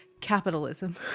capitalism